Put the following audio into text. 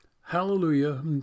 Hallelujah